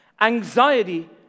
anxiety